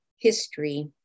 history